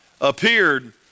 appeared